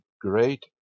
great